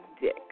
dick